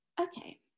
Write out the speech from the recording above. Okay